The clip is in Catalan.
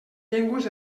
llengües